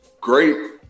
great